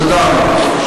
תודה רבה.